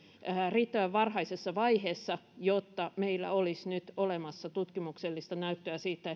riittävän varhaisessa vaiheessa jotta meillä olisi nyt olemassa tutkimuksellista näyttöä siitä